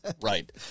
Right